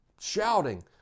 shouting